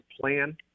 plan